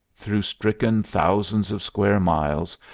through stricken thousands of square miles,